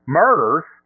murders